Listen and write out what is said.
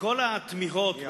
מכל התמיהות,